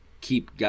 keep